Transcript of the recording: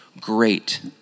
great